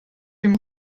dem